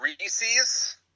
Reese's